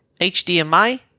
HDMI